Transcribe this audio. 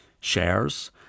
shares